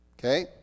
Okay